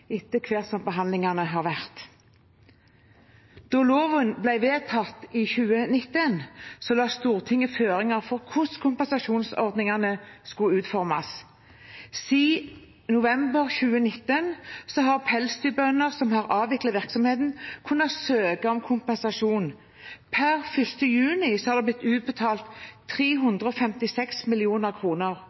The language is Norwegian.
etter hvert som behandlingene har vært. Da loven ble vedtatt i 2019, la Stortinget føringer for hvordan kompensasjonsordningene skulle utformes. Siden november 2019 har pelsdyrbønder som har avviklet virksomheten, kunnet søke om kompensasjon. Per 1. juni har det blitt utbetalt 356